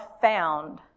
found